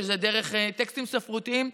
שזה דרך טקסטים ספרותיים,